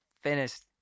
finished